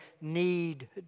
need